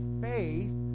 faith